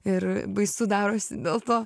ir baisu darosi dėl to